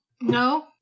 No